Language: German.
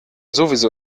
sowieso